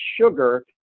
sugar